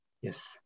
Yes